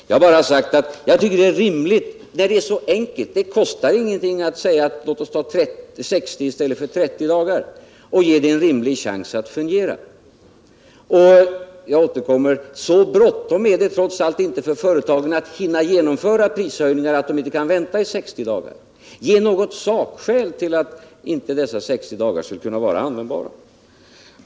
Jag har bara sagt att det är så enkelt att göra åtgärden mera effektiv. Det kostar ingenting att säga: Låt oss ta 60 dagar i stället för 30 och ge systemet en rimlig chans att fungera. Jag återkommer till att så bråttom är det trots allt inte för företagen att hinna genomföra prishöjningar att de inte kan vänta i 60 dagar. Ge något sakskäl för att 60 dagar inte skulle kunna vara användbara?